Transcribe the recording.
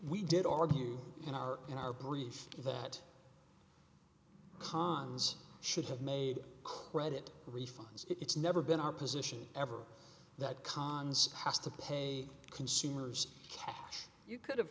we did argue in our in our brief that cons should have made credit refunds it's never been our position ever that cons has to pay consumers cash you could have